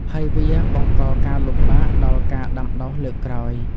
ហើយវាបង្កការលំបាកដល់ការដាំដុះលើកក្រោយ។